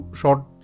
short